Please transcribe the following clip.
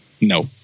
No